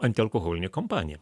antialkoholinė kompanija